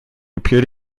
appeared